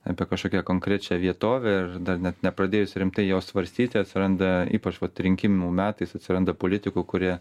apie kažkokią konkrečią vietovę ir dar net nepradėjus rimtai jos svarstyti atsiranda ypač vat rinkimų metais atsiranda politikų kurie